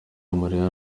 amarira